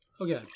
Okay